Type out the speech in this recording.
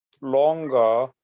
longer